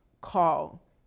call